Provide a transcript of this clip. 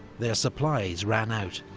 their supplies ran out,